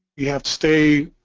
you have to stay